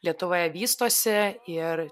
lietuvoje vystosi ir